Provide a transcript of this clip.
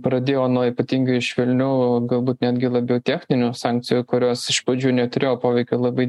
pradėjo nuo ypatingai švelnių galbūt netgi labiau techninių sankcijų kurios iš pradžių neturėjo poveikio labai